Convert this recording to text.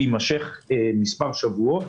שיימשך מספר שבועות.